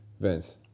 Vince